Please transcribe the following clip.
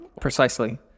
Precisely